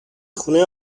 خونه